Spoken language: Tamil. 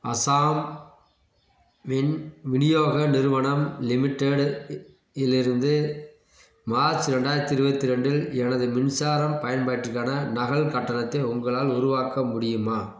அசாம் மின் விநியோக நிறுவனம் லிமிடெட் இலிருந்து மார்ச் ரெண்டாயிரத்தி இருபத்தி ரெண்டு இல் எனது மின்சாரம் பயன்பாட்டிற்கான நகல் கட்டணத்தை உங்களால் உருவாக்க முடியுமா